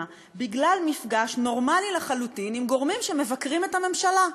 בגלל מפגש נורמלי לחלוטין עם גורמים שמבקרים את הממשלה.